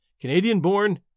Canadian-born